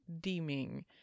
Deeming